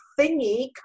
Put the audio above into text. thingy